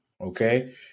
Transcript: Okay